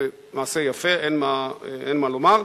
זה מעשה יפה, אין מה לומר.